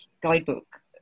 guidebook